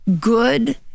good